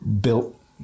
built